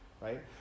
right